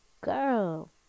Girl